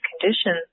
conditions